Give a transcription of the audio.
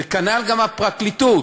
וכנ"ל גם הפרקליטות.